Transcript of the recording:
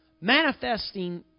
Manifesting